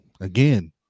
again